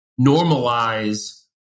normalize